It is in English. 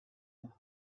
him